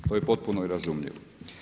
To je potpuno razumljivo.